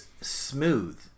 smooth